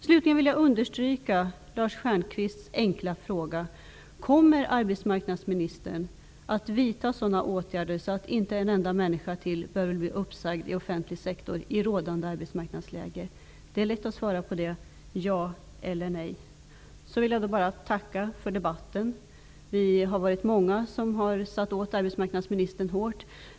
Slutligen vill jag understryka Lars Stjernkvists enkla fråga: Kommer arbetsmarknadsministern att vidta sådana åtgärder att inte en enda människa ytterligare i rådande arbetsmarknadsläge behöver bli uppsagd från offentlig sektor? Frågan är lätt att besvara. Ja eller nej? Jag vill tacka för debatten. Vi är många som har satt åt arbetsmarknadsministern hårt.